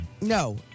No